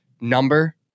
number